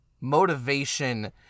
motivation